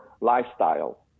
lifestyle